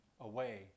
away